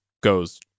goes